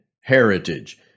heritage